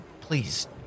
please